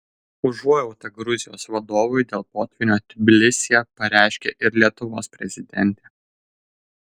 užuojautą gruzijos vadovui dėl potvynio tbilisyje pareiškė ir lietuvos prezidentė